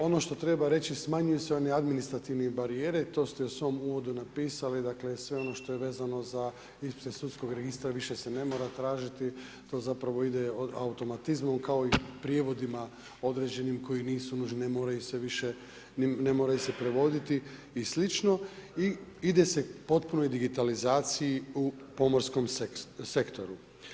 Ono što treba reći, smanjuju se one administrativne barijere, to ste u svom uvodu napisali, dakle, sve ono što je vezano za ispis iz sudskog registra više se ne mora tražiti, to zapravo ide automatizmom kao i prijevodima određenim koji nisu nužni i ne moraju se više prevoditi i sl. i ide se potpunoj digitalizaciji u pomorskom sektoru.